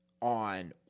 on